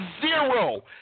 zero